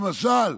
למשל,